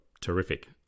terrific